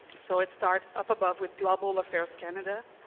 so it starts up above with global affairs canada,